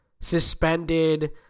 suspended